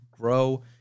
grow